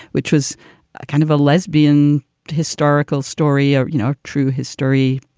which was kind of a lesbian historical story, ah you know, a true history.